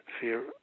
fear